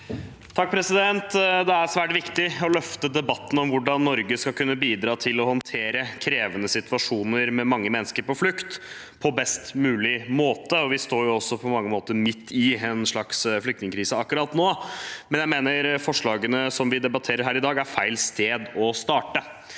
(R) Det er svært viktig å løfte debatten om hvordan Norge skal kunne bidra for å håndtere krevende situasjoner med mange mennesker på flukt på best mulig måte. Vi står på mange måter midt i en flyktningkrise akkurat nå, men jeg mener forslagene vi debatterer her i dag, er feil sted å starte.